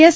S